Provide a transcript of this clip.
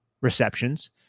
receptions